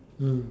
mm